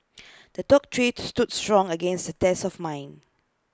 the told tree stood strong against the test of mine